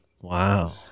Wow